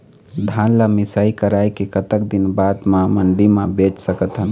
धान ला मिसाई कराए के कतक दिन बाद मा मंडी मा बेच सकथन?